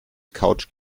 couch